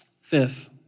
Fifth